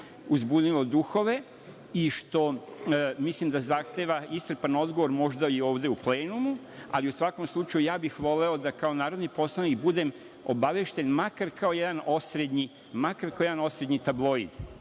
uzbunilo duhove i što, mislim da zahteva iscrpan odgovor, možda i ovde u plenumu, ali u svakom slučaju ja bih voleo da kao narodni poslanik budem obavešten, makar kao jedan osrednji, makar